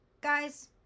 guys